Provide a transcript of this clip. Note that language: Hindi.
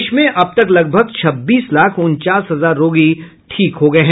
देश में अब तक लगभग छब्बीस लाख उनचास हजार रोगी ठीक हो गए हैं